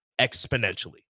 exponentially